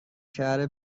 شهر